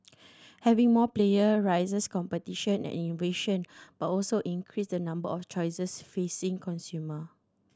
having more player raises competition and invention but also increase the number of choices facing consumer